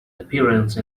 appearance